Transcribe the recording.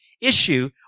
issue